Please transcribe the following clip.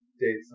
dates